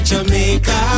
Jamaica